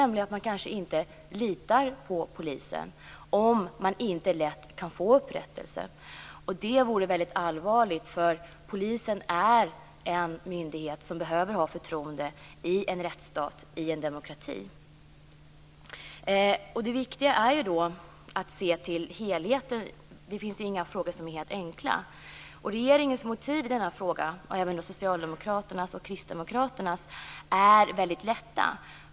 Man kanske inte litar på polisen om man inte lätt kan få upprättelse. Det vore väldigt allvarligt, för polisen är en myndighet som behöver ha människors förtroende i en rättsstat, i en demokrati. Det viktiga är att se till helheten. Det finns inga frågor som är helt enkla. Regeringens motiv i den här frågan, och även socialdemokraternas och kristdemokraternas, är väldigt enkelt.